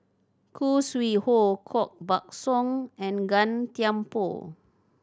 Khoo Sui Hoe Koh Buck Song and Gan Thiam Poh